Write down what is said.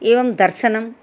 एवं दर्शनं